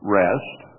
rest